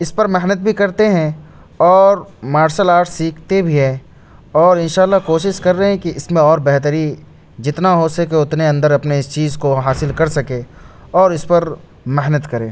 اس پر محنت بھی کرتے ہیں اور مارشل آرٹ سیکھتے بھی ہے اور ان شاء اللہ کوشش کر رہے ہیں کہ اس میں اور بہتری جتنا ہوسکے اتنے اندر اپنے اس چیز کو حاصل کر سکیں اور اس پر محنت کریں